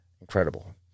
Incredible